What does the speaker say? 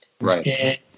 right